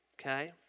Okay